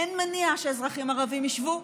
אין מניעה שאזרחים ערבים ישבו,